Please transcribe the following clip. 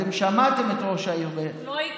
אתם שמעתם את ראש העיר, הוא לא יקלוט.